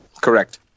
Correct